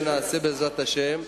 ונעשה בעזרת השם.